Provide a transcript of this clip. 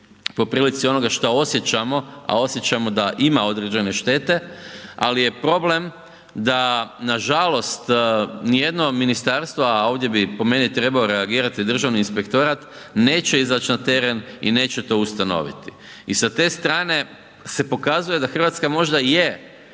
po prilici onoga šta osjećamo, a osjećamo da ima određene štete. Ali je problem da nažalost nijedno ministarstvo, a ovdje bi po meni trebao reagirati Državni inspektorat neće izać na teren i neće to ustanoviti. I sa te strane se pokazuje da Hrvatska možda i